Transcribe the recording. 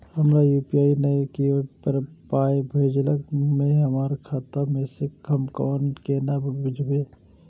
हमरा यू.पी.आई नय छै कियो पाय भेजलक यै हमरा खाता मे से हम केना बुझबै?